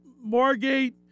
Margate